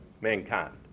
mankind